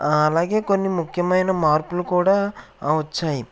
అలాగే కొన్ని ముఖ్యమైన మార్పులు కూడా వచ్చాయి